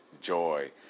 joy